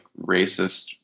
racist